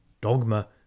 Dogma